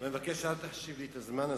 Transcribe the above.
ואני מבקש שלא תחשיב לי את הזמן הזה.